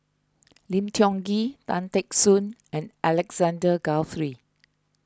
Lim Tiong Ghee Tan Teck Soon and Alexander Guthrie